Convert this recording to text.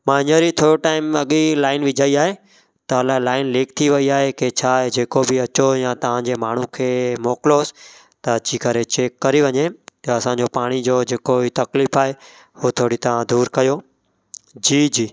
मां हींअर ई थोरो टाइम अॻिए ई लाइन विझाई आहे त अलाए लाइन लीक थी वई आहे की छा जेको बि आहे अचो या तव्हांजे माण्हू खे मोकिलोसि त अची करे चैक करे वञे त असांजो पाणी जो जेको बि तकलीफ़ आहे उहा थोरी तव्हां दूरि कयो जी जी